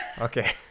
Okay